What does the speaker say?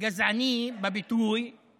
גזעני בביטוי, (אומר בערבית: